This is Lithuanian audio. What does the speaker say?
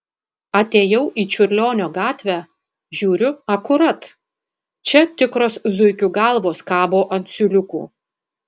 atėjau į čiurlionio gatvę žiūriu akurat čia tikros zuikių galvos kabo ant siūliukų